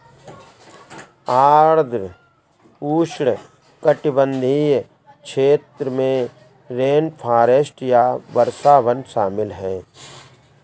आर्द्र उष्णकटिबंधीय क्षेत्र में रेनफॉरेस्ट या वर्षावन शामिल हैं